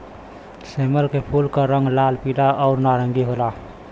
सेमल के फूल क रंग लाल, पीला आउर नारंगी होला